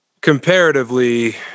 comparatively